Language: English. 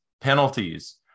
Penalties